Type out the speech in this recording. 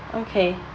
okay